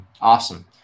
Awesome